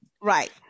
Right